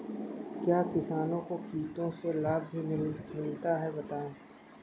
क्या किसानों को कीटों से लाभ भी मिलता है बताएँ?